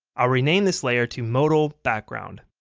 i'll rename this layer to modal background